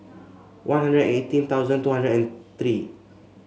One Hundred and eighteen two hundred and three